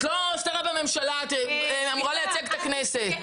את לא שרה בממשלה, את אמורה לייצג את הכנסת.